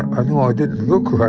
i knew i didn't look like,